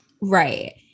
Right